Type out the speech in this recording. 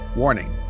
Warning